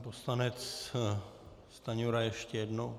Pan poslanec Stanjura ještě jednou.